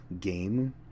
game